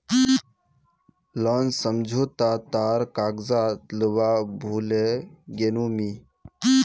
loan समझोता तार कागजात लूवा भूल ले गेनु मि